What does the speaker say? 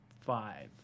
five